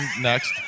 next